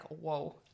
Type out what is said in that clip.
whoa